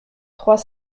trois